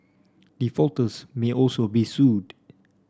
defaulters may also be sued